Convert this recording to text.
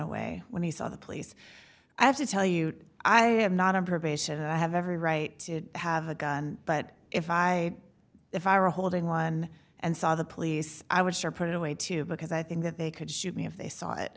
away when he saw the police i have to tell you i am not on probation i have every right to have a gun but if i if i were holding one and saw the police i would sure put it away too because i think that they could shoot me if they saw